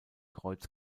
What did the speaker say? kreuz